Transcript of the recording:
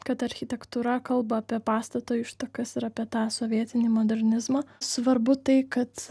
kad architektūra kalba apie pastato ištakas ir apie tą sovietinį modernizmą svarbu tai kad